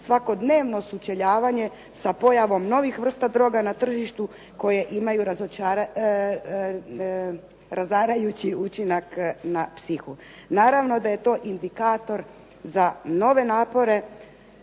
svakodnevno sučeljavanje sa pojavom novih vrsta droga na tržištu koje imaju razarajući učinak na psihu. Naravno da je to indikator za nove napore,